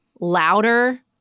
louder